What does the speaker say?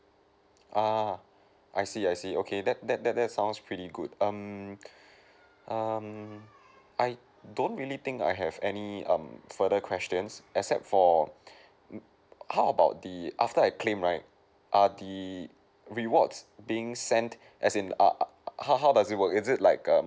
uh I see I see okay that that that that sounds pretty good um um I don't really think I have any um further questions except for how about the after I claim right err the rewards being sent as in err how how does it work is it like err